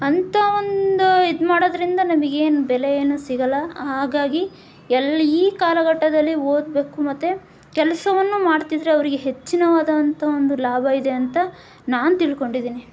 ಅಂಥ ಒಂದು ಇದು ಮಾಡೋದರಿಂದ ನಮಗೆ ಏನು ಬೆಲೆಯೇನೂ ಸಿಗೋಲ್ಲ ಹಾಗಾಗಿ ಎಲ್ಲ ಈ ಕಾಲಘಟ್ಟದಲ್ಲಿ ಓದಬೇಕು ಮತ್ತು ಕೆಲಸವನ್ನು ಮಾಡ್ತಿದ್ದರೆ ಅವರಿಗೆ ಹೆಚ್ಚಿನದಾದಂಥ ಒಂದು ಲಾಭ ಇದೆ ಅಂತ ನಾನು ತಿಳ್ಕೊಂಡಿದ್ದೀನಿ